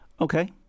Okay